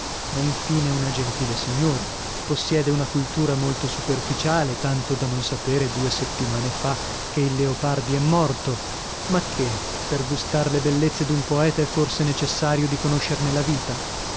è infine una gentile signora possiede una cultura molto superficiale tanto da non sapere due settimane fa che il leopardi è morto ma che per gustar le bellezze d'un poeta è forse necessario di conoscerne la vita